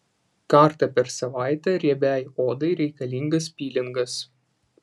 kartą per savaitę riebiai odai reikalingas pilingas